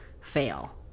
fail